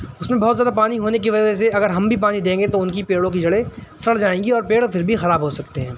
اس میں بہت زیادہ پانی ہونے کی وجہ سے اگر ہم بھی پانی دیں گے تو ان کی پیڑوں کی جڑیں سڑ جائیں گی اور پیڑ پھر بھی خراب ہو سکتے ہیں